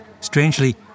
Strangely